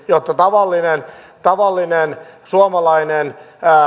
jotta tavallinen tavallinen suomalainen